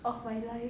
of my life